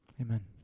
amen